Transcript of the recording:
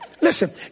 listen